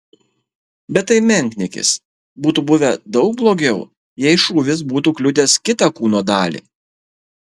bet tai menkniekis būtų buvę daug blogiau jei šūvis būtų kliudęs kitą kūno dalį